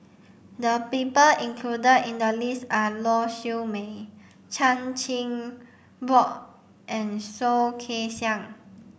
the people included in the list are Lau Siew Mei Chan Chin Bock and Soh Kay Siang